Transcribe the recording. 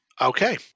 Okay